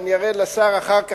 ואני אראה לשר אחר כך,